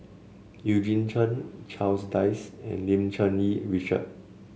Eugene Chen Charles Dyce and Lim Cherng Yih Richard